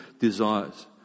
desires